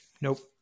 nope